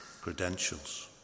credentials